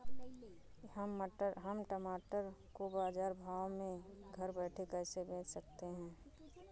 हम टमाटर को बाजार भाव में घर बैठे कैसे बेच सकते हैं?